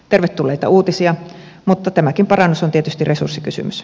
tervetulleita uutisia mutta tämäkin parannus on tietysti resurssikysymys